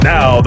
Now